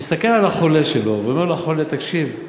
מסתכל על החולה שלו ואומר לו: החולה, תקשיב,